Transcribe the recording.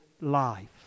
life